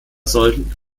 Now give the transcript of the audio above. sollten